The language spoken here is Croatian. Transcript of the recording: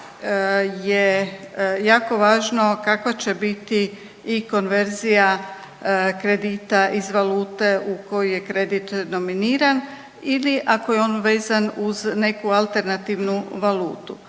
je jako važno kakva će biti i konverzija kredita iz valute u koju je kredit nominiran ili ako je on vezan uz neku alternativnu valutu.